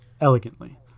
elegantly